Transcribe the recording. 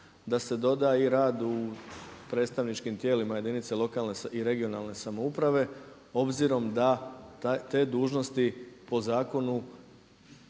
da se doda i rad u predstavničkim tijelima jedinica lokalne i regionalne samouprave obzirom da te dužnosti po nekom